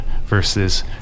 versus